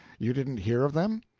you didn't hear of them?